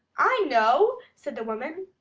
i know! said the woman.